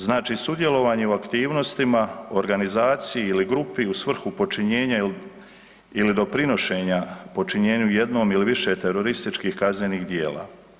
Znači sudjelovanje u aktivnostima, organizaciji ili grupi u svrhu počinjenja ili doprinošenja počinjenju jednog ili više terorističkih kaznenih djela.